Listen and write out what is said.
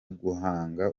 guhanga